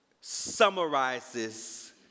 summarizes